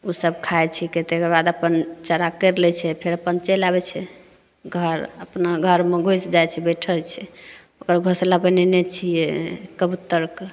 ओ सब खाइ छिकै तेकरबाद अपन चरा करि लै छै फेर अपन चलि आबैत छै घर अपना घरमे घुसि जाइत छै बैठैत छै ओकर घोँसला बनेने छियै कबुत्तरकेँ